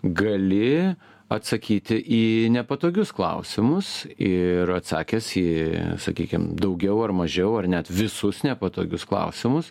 gali atsakyti į nepatogius klausimus ir atsakęs į sakykim daugiau ar mažiau ar net visus nepatogius klausimus